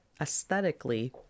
aesthetically